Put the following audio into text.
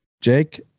Jake